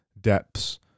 depths